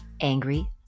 angry